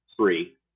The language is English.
three